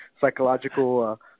psychological